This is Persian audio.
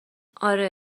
آره